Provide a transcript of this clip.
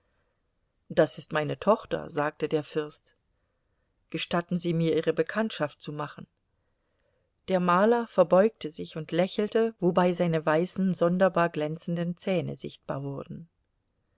das ist meine tochter sagte der fürst gestatten sie mir ihre bekanntschaft zu machen der maler verbeugte sich und lächelte wobei seine weißen sonderbar glänzenden zähne sichtbar wurden